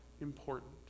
important